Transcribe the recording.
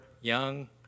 young